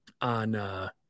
on